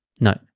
No